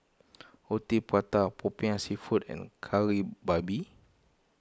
Roti Prata Popiah Seafood and Kari Babi